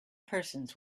persons